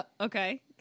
okay